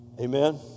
Amen